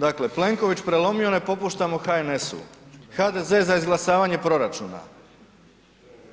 Dakle Plenković prelomio, ne popuštamo HNS-u, HDZ za izglasavanje proračuna,